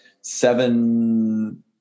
seven